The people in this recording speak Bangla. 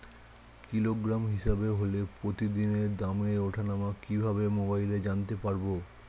কিলোগ্রাম হিসাবে হলে প্রতিদিনের দামের ওঠানামা কিভাবে মোবাইলে জানতে পারবো?